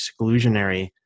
exclusionary